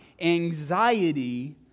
Anxiety